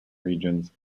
regions